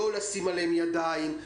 לא לשים עליהם ידיים,